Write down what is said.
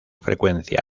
frecuencia